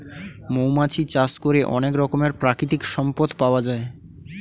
মৌমাছি চাষ করে অনেক রকমের প্রাকৃতিক সম্পদ পাওয়া যায়